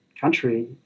country